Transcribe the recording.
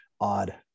odd